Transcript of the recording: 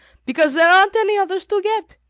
because there aren't any others to get.